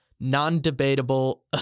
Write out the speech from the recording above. non-debatable